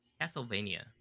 Castlevania